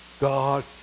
God